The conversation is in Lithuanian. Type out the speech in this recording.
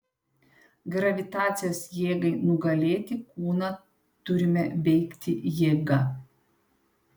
gravitacijos jėgai nugalėti kūną turime veikti jėga